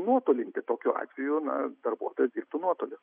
nuotolinti tokiu atveju na darbuotojas dirbtų nuotoliu